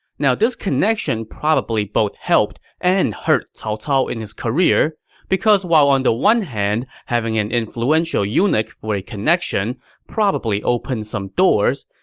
this connection probably both helped and hurt cao cao in his career because while on the one hand having an influential eunuch for a connection probably opened some doors,